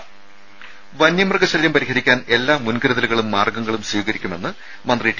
രുമ വന്യമൃഗ ശല്യം പരിഹരിയ്ക്കാൻ എല്ലാ മുൻകരുതലുകളും മാർഗ്ഗങ്ങളും സ്വീകരിക്കുമെന്ന് മന്ത്രി ടി